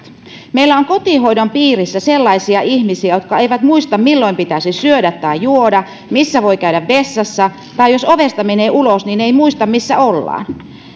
meillä on kotihoidon piirissä sellaisia ihmisiä jotka eivät muista milloin pitäisi syödä tai juoda missä voi käydä vessassa tai jos ovesta menee ulos eivät muista missä ollaan